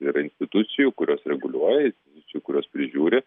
ir institucijų kurios reguliuoja institucijų kurios prižiūri